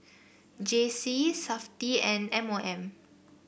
J C Safti and M O M